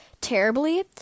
terribly